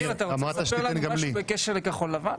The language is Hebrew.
ניר, אתה רוצה לספר לנו משהו בקשר לכחול לבן?